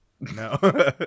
no